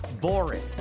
boring